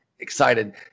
Excited